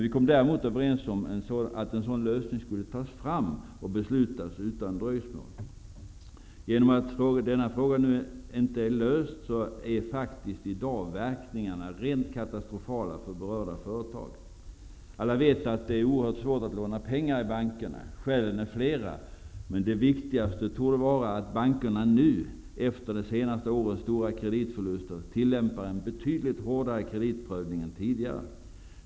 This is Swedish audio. Vi kom däremot överens om att en sådan lösning skulle tas fram och beslutas utan dröjsmål. På grund av att frågan ännu inte lösts är faktiskt i dag verkningarna rent katastrofala för berörda företag. Alla vet att det är oerhört svårt att låna pengar i bankerna. Skälen är flera men det viktigaste torde vara att bankerna nu, efter de senaste årens stora kreditförluster, tillämpar en betydligt hårdare kreditprövning än tidigare.